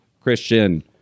Christian